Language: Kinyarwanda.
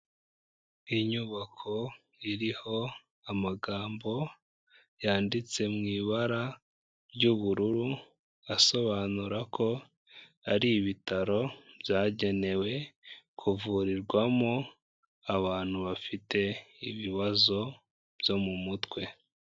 Inyubako iriho amagambo yanditse mu ibara ry' ubururu, asobanura ko ari ibitaro byagenewe kuvurirwamo abantu bafite ibibazo byo mu mutwe.